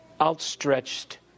outstretched